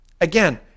Again